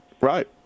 right